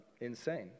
insane